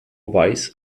weiss